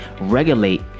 regulate